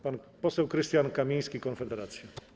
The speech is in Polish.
Pan poseł Krystian Kamiński, Konfederacja.